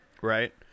Right